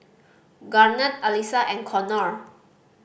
Garnet Alissa and Connor